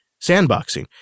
sandboxing